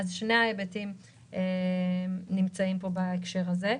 שני ההיבטים נמצאים פה בהקשר הזה.